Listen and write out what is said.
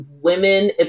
women